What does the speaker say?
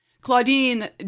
Claudine